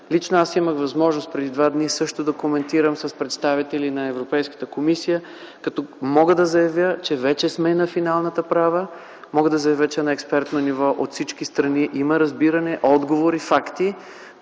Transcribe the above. Лично аз имах възможност преди два дни също да коментирам с представители на Европейската комисия. Мога да заявя, че вече сме на финалната права. Мога да заявя, че на експертно ниво от всички страни има разбиране, отговори, факти,